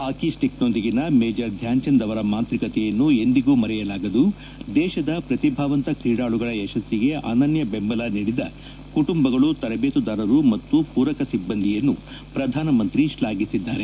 ಹಾಕಿ ಸ್ಟಿಕ್ನೊಂದಿಗಿನ ಮೇಜರ್ ಧ್ಯಾನ್ಚಂದ್ ಅವರ ಮಾಂತ್ರಿಕತೆಯನ್ನು ಎಂದಿಗೂ ಮರೆಯಲಾಗದು ದೇತದ ಪ್ರತಿಭಾವಂತ ಕ್ರೀಡಾಳುಗಳ ಯಶಸ್ನಿಗೆ ಅನನ್ತ ಬೆಂಬಲ ನೀಡಿದ ಕುಟುಂಬಗಳು ತರಬೇತುದಾರರು ಮತ್ತು ಪೂರಕ ಸಿಬ್ಬಂದಿಯನ್ನು ಪ್ರಧಾನಮಂತ್ರಿ ಶ್ಲಾಘಿಸಿದ್ದಾರೆ